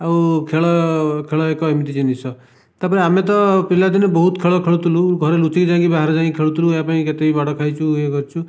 ଆଉ ଖେଳ ଖେଳ ଏକ ଏମିତି ଜିନିଷ ତାପରେ ଆମେ ତ ପିଲାଦିନେ ବହୁତ ଖେଳ ଖେଳୁଥିଲୁ ଘରେ ଲୁଚିକି ଯାଇକି ବାହାରେ ଯାଇଁକି ଖେଳୁଥିଲୁ ୟା ପାଇଁ କେତେ ବି ମାଡ଼ ଖାଇଛୁ ଇଏ କରିଛୁ